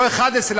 לא 11,